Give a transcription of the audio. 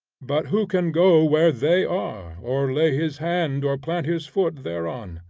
but who can go where they are, or lay his hand or plant his foot thereon?